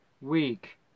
week